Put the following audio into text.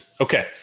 Okay